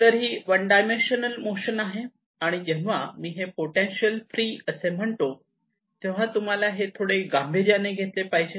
तर ही one dimensional motion आहे आणि जेव्हा मी हे पोटेन्शियल फ्री असे म्हणतो तेव्हा तुम्हाला हे थोडेसे गांभीर्याने घेतले पाहिजे